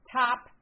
top